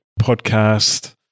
podcast